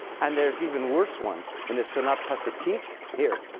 and there's even worse ones. in the sonata pathetique here.